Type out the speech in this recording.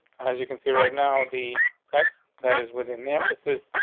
as you can see right now, the text that is within the emphasis,